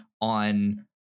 on